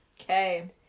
Okay